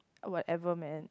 whatever man